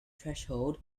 threshold